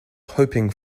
hoping